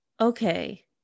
okay